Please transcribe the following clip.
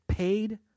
Paid